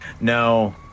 No